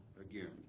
again